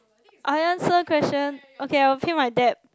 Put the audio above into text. I answer question okay I'll pay my debt